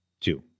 Two